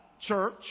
church